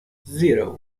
zero